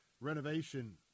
renovation